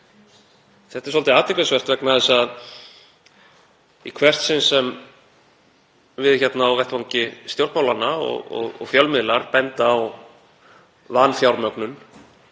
Þetta er svolítið athyglisvert vegna þess að í hvert sinn sem við hér á vettvangi stjórnmálanna og fjölmiðlar benda á vanfjármögnun